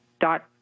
dot